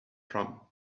from